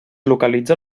localitza